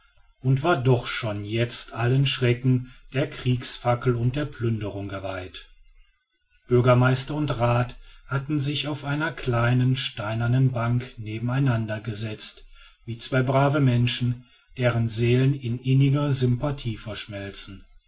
und war doch schon jetzt allen schrecken der kriegsfackel und der plünderung geweiht bürgermeister und rath hatten sich auf einer kleinen steinernen bank neben einander gesetzt wie zwei brave menschen deren seelen in inniger sympathie verschmelzen